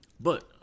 But